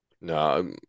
No